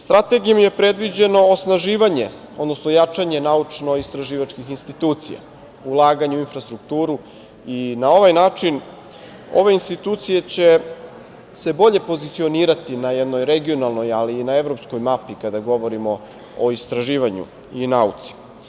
Strategijom je predviđeno osnaživanje, odnosno jačanje naučno-istraživačkih institucija, ulaganje u infrastrukturu i na ovaj način će se ove institucije bolje pozicionirati na jednoj regionalnoj ali i na evropskoj mapi kada govorimo o istraživanju i nauci.